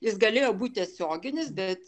jis galėjo būt tiesioginis bet